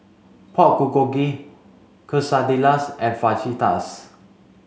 Pork Bulgogi Quesadillas and Fajitas